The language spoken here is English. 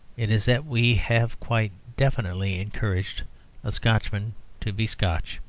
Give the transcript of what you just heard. it is that we have quite definitely encouraged a scotchman to be scotch.